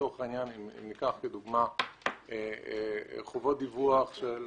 לצורך העניין ניקח לדוגמה חובות דיווח של